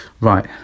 Right